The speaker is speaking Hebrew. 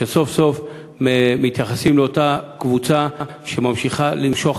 שסוף-סוף מתייחסים לאותה קבוצה שממשיכה לסחוב